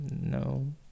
no